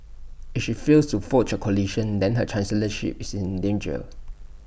if she fails to forge coalition then her chancellorship is in danger